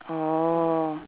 orh